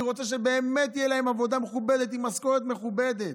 אני רוצה שבאמת תהיה להן עבודה מכובדת עם משכורת מכובדת,